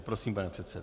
Prosím, pane předsedo.